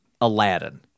Aladdin